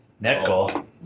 Nickel